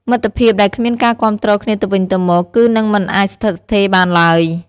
មិត្តភាពដែលគ្មានការគាំទ្រគ្នាទៅវិញទៅមក គឺនឹងមិនអាចស្ថិតស្ថេរបានឡើយ។